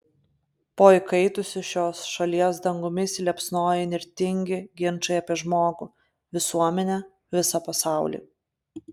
po įkaitusiu šios šalies dangumi įsiliepsnoja įnirtingi ginčai apie žmogų visuomenę visą pasaulį